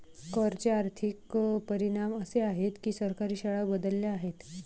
कर चे आर्थिक परिणाम असे आहेत की सरकारी शाळा बदलल्या आहेत